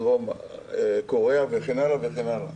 בדרום-קוריאה וכן הלאה והלאה.